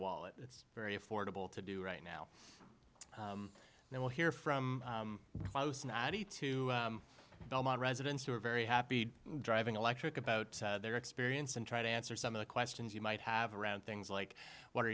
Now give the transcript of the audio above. wallet it's very affordable to do right now and we'll hear from an atty to belmont residents who are very happy driving electric about their experience and try to answer some of the questions you might have around things like what are